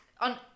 on